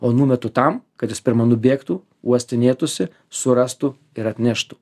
o numetu tam kad jis pirma nubėgtų uostinėtųsi surastų ir atneštų